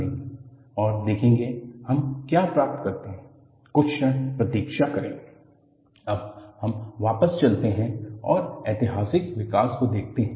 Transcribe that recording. historical development contribution of English Griffith and Irwin अब हम वापस चलते हैं और ऐतिहासिक विकास को देखते हैं